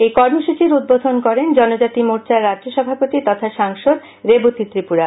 এই কর্মসচির উদ্বোধন করেন জনজাতি মোর্চার রাজ্য সভাপতি তথা সাংসদ রেবতী ত্রিপুরা